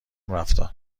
رفتار